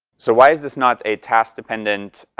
so why is this not a task-dependent